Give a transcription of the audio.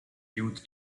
youth